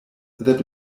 that